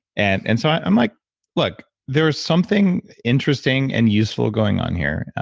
and and so i'm like like there's something interesting and useful going on here.